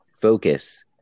focus